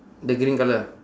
the green colour